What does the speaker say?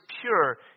pure